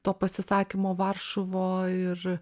to pasisakymo varšuvoj ir